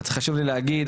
חשוב לי להגיד.